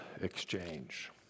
exchange